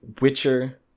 Witcher